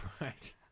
Right